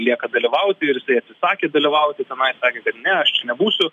lieka dalyvauti ir jisai atsisakė dalyvauti tenais sakė kad ne aš nebūsiu